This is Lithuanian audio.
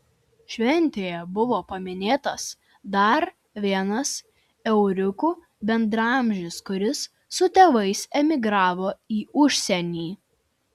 šventėje buvo paminėtas dar vienas euriukų bendraamžis kuris su tėvais emigravo į užsienį